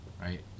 Right